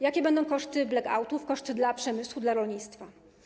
Jakie będą koszty blekautów, koszty dla przemysłu, dla rolnictwa?